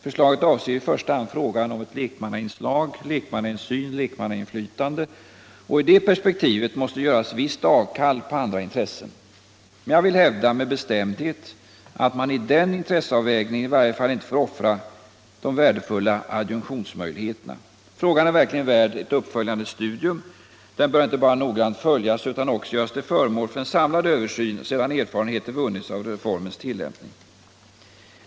Förslaget avser i första hand frågan om ett lekmannainslag, en lekmannainsyn, ett lekmannainflytande, och i det perspektivet måste ett visst avkall göras på andra intressen. Men jag vill bestämt hävda att man i den intresseavvägningen i varje fall inte får offra de värdefulla adjunktionsmöjligheterna. Frågan är verkligen värd ett uppföljande studium. Den bör inte bara noggrant följas utan också göras till föremål för en samlad översyn sedan erfarenheter vunnits av reformens tillämpning.